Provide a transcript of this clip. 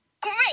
Great